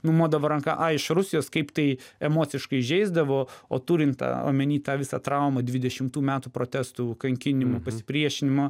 numodavo ranka ai iš rusijos kaip tai emociškai įžeisdavo o turint omeny tą visą traumą dvidešimtų metų protestų kankinimų pasipriešinimo